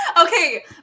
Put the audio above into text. Okay